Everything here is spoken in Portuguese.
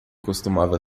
costumava